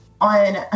on